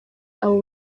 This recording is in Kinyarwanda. abo